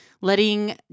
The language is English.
letting